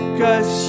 cause